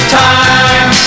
time